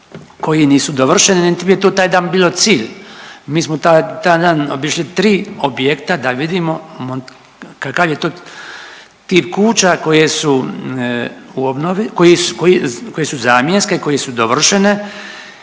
koji nisu dovršeni niti mi je to taj dan bilo cilj. Mi smo taj dan obišli 3 objekta da vidimo kakav je to tip kuća koje su u obnovi, koji su, koje